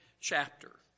chapter